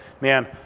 man